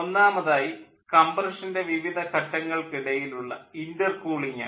ഒന്നാമതായി കംപ്രഷൻ്റെ വിവിധ ഘട്ടങ്ങൾക്കിടയിലുള്ള ഇൻ്റർ കൂളിംഗ് ആണ്